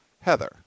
Heather